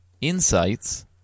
insights